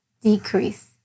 decrease